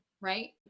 right